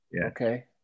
Okay